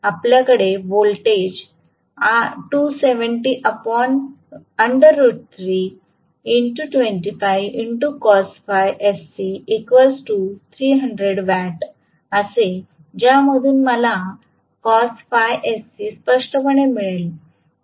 आपल्याकडे व्होल्टेज आहे ज्यामधून मला स्पष्टपणे मिळेल